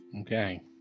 Okay